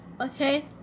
Okay